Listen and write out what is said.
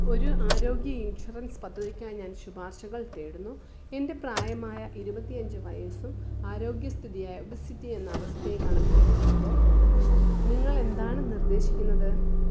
ഒരു ആരോഗ്യ ഇൻഷുറൻസ് പദ്ധതിക്കായി ഞാൻ ശുപാർശകൾ തേടുന്നു എന്റെ പ്രായമായ ഇരുപത്തിയഞ്ച് വയസ്സും ആരോഗ്യസ്ഥിതിയായ ഒബേസിറ്റി എന്ന അവസ്ഥയും കണക്കിലെടുക്കുമ്പോൾ നിങ്ങളെന്താണ് നിർദ്ദേശിക്കുന്നത്